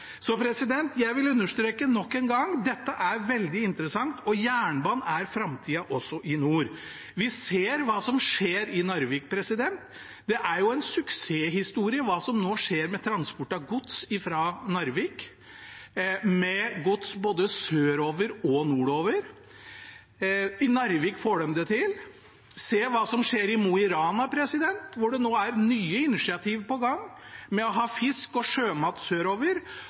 Jeg vil understreke nok en gang: Dette er veldig interessant, og jernbanen er framtida også i nord. Vi ser hva som skjer i Narvik. Det er en suksesshistorie det som skjer med transport av gods fra Narvik, med gods både sørover og nordover. I Narvik får de det til. Se hva som skjer i Mo i Rana, hvor det nå er nye initiativ på gang med å få fisk og sjømat sørover